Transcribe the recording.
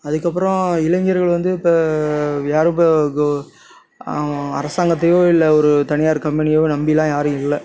அதுக்கு அப்புறம் இளைஞர்கள் வந்து இப்போ அரசாங்கத்தையோ இல்லை ஒரு தனியார் கம்பெனியோ நம்பி எல்லாம் யாரும் இல்லை